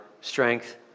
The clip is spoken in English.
strength